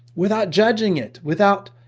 without judging it without,